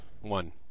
one